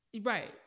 right